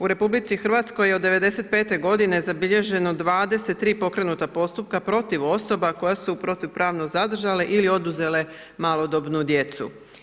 U RH je od '95. godine zabilježeno 23 pokrenuta postupka protiv osoba koja su protupravno zadržale ili oduzele malodobnu djecu.